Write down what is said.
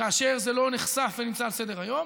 כאשר זה לא נחשף ונמצא על סדר-היום,